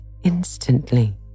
instantly